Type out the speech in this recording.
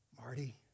Marty